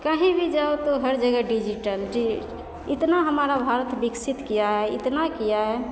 कही भी जाओ तो हर जगह डिजीटल डि इतना हमारा भारत बिकसित किआ है इतना किआ है